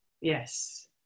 yes